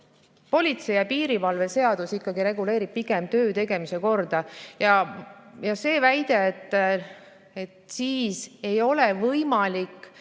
Politsei ja piirivalve seadus reguleerib pigem töö tegemise korda. Väita, et siis ei ole võimalik